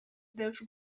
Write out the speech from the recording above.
deus